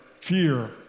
fear